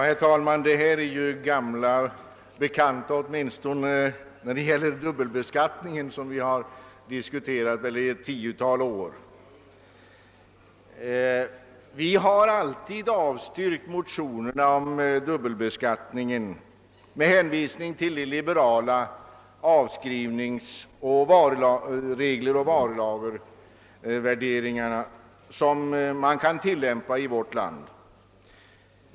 Herr talman! Dessa frågor är gamla bekanta, åtminstone vad det gäller dubbelbeskattningen, som vi väl har diskuterat ett tiotal år. Från vårt håll har vi alltid avstyrkt motioner om avskaffande av dubbelbeskattningen med hänvisning till de liberala regler för avskrivning och varulagervärdering som tilllämpas i vårt land.